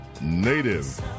Native